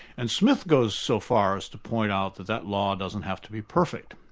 and smith goes so far as to point out that that law doesn't have to be perfect,